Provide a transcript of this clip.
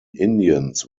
indians